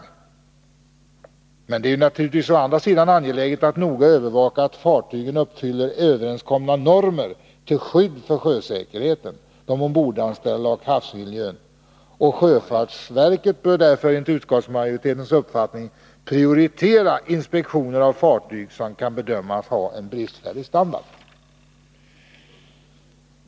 Men å andra sidan är det naturligtvis angeläget att noga övervaka att fartygen uppfyller överenskomna normer till skydd för sjösäkerheten, de ombordanställda och havsmiljön. Sjöfartsverket bör därför enligt utskottsmajoritetens uppfattning prioritera inspektioner av fartyg som kan bedömas ha bristfällig standard.